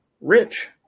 Rich